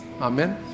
Amen